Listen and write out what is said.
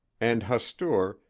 and hastur,